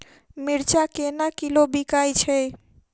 मिर्चा केना किलो बिकइ छैय?